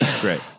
Great